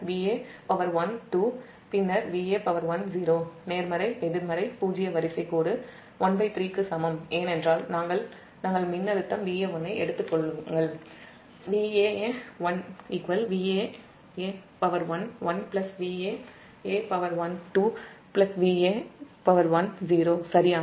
பின்னர் Vaa12 பின்னர் Vaa10 நேர்மறை எதிர்மறை பூஜ்ஜிய வரிசை கூறு 13 க்கு சமம் ஏனென்றால் நாங்கள் மின்னழுத்தம் Vaa1 ஐ எடுத்துக் கொள்ளுங்கள் சரியானது